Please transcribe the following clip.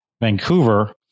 Vancouver